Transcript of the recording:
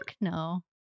No